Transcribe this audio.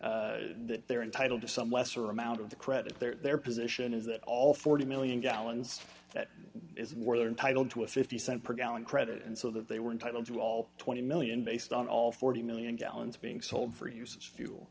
argument that they're entitled to some lesser amount of the credit their position is that all forty million gallons that is where they're entitled to a fifty cent per gallon credit and so that they were entitled to all twenty million dollars based on all forty million gallons being sold for uses fuel